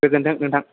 गोजोनथों नोंथां